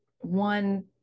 one